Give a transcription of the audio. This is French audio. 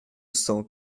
cent